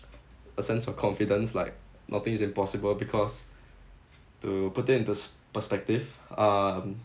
a sense of confidence like nothing is impossible because to put it into s~ perspective um